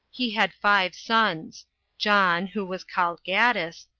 he had five sons john, who was called gaddis,